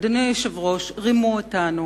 אדוני היושב-ראש, רימו אותנו